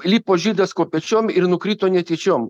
lipo žydas kopėčiom ir nukrito netyčiom